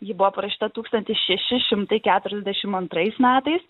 ji buvo parašyta tūkstantis šeši šimtai keturiasdešim antrais metais